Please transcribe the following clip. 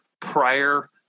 prior